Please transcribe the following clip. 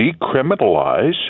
decriminalize